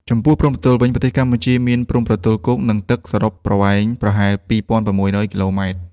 ចំពោះព្រំប្រទល់វិញ ប្រទេសកម្ពុជាមានព្រំប្រទល់គោក និងទឹកសរុបប្រវែងប្រហែល ២.៦០០ គីឡូម៉ែត្រ។